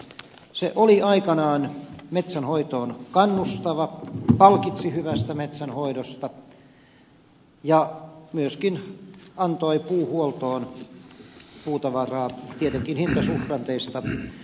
se oli aikanaan metsänhoitoon kannustava palkitsi hyvästä metsänhoidosta ja myöskin antoi puuhuoltoon puutavaraa tietenkin hintasuhdanteista riippuen